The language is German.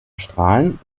strahlen